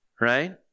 right